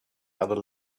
other